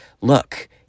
look